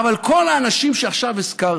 אבל כל האנשים שעכשיו הזכרתי,